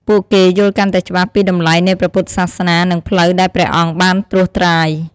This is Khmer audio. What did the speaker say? ពួកគេយល់កាន់តែច្បាស់ពីតម្លៃនៃព្រះពុទ្ធសាសនា និងផ្លូវដែលព្រះអង្គបានត្រួសត្រាយ។